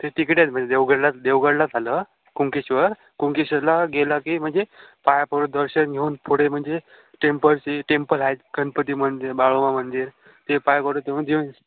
ते तिकडेच आहेत म्हणजे देवगडला देवगडलाच झालं कुणकेश्वर कुणकेश्वरला गेलं की म्हणजे पाया पडून दर्शन घेऊन पुढे म्हणजे टेम्पलची टेम्पल आहेत गणपती मंदिर बाळोबा मंदिर ते ठेवून